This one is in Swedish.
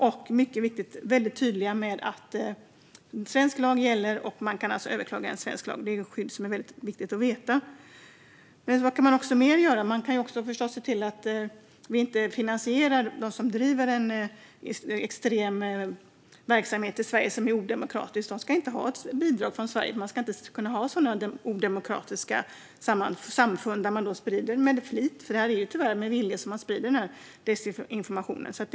Och vi måste vara väldigt tydliga med att svensk lag gäller och att man kan överklaga enligt svensk lag. Det är ett skydd som är väldigt viktigt att känna till. Vad kan vi mer göra? Vi kan förstås se till att vi inte finansierar dem som driver en extrem verksamhet som är odemokratisk i Sverige. De ska inte ha ett bidrag från Sverige. Det ska inte finnas sådana odemokratiska samfund som med flit sprider desinformation. Det är tyvärr med vilje som denna desinformation sprids.